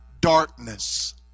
darkness